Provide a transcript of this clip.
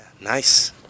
nice